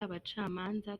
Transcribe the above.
abacamanza